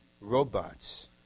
robots